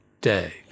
day